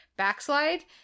backslide